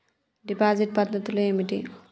Deposit పద్ధతులు ఏమిటి?